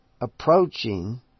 approaching